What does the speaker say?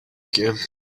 again